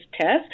test